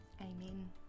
Amen